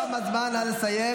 תם הזמן, נא לסיים.